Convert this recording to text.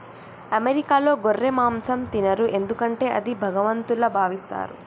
అమెరికాలో గొర్రె మాంసం తినరు ఎందుకంటే అది భగవంతుల్లా భావిస్తారు